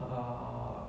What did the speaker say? err